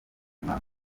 mwaka